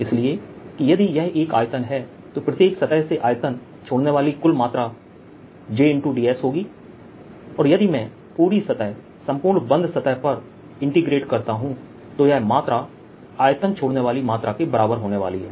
इसलिए कि यदि यह एक आयतन है तो प्रत्येक सतह से आयतन छोड़ने वाली कुल मात्रा jds होगी और यदि मैं पूरी सतह संपूर्ण बंद सतह पर इंटीग्रेट करता हूं तो यह मात्रा आयतन छोड़ने वाली मात्रा के बराबर होने वाली है